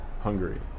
Hungary